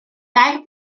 dair